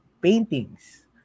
paintings